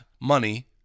money